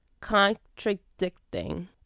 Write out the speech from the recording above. contradicting